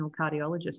cardiologist